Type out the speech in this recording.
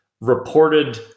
reported